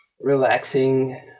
Relaxing